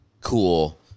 cool